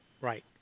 right